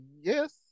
yes